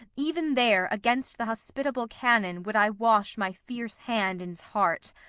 even there, against the hospitable canon, would i wash my fierce hand in's heart.